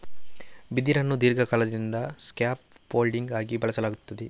ಬಿದಿರನ್ನು ದೀರ್ಘಕಾಲದಿಂದ scaffolding ಆಗಿ ಬಳಸಲಾಗುತ್ತದೆ